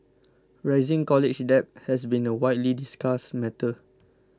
rising college debt has been a widely discussed matter